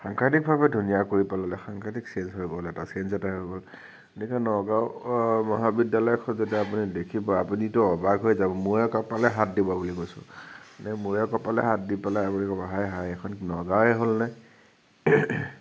সাংঘাতিকভাৱে ধুনীয়া কৰি পেলালে সাংঘাতিক ছেইঞ্জ হৈ গ'ল এটা ছেইঞ্জ এটা হৈ গ'ল গতিকে নগাওঁ মহাবিদ্যালয়খন যেতিয়া আপুনি দেখিব আপুনিতো অবাক হৈ যাব মূৰে কপালে হাত দিব বুলি কৈছোঁ মানে মূৰে কপালে হাত দিব পেলাই আনি ক'ব হাই হাই এইখন নগাওঁয়ে হ'ল নে